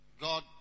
God